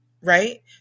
right